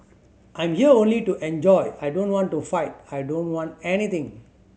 I'm here only to enjoy I don't want to fight I don't want anything